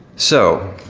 so,